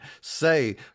say